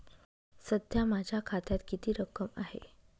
सध्या माझ्या खात्यात किती रक्कम आहे?